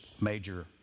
major